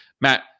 Matt